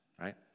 right